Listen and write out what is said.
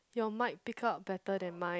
your mic pick up better than mine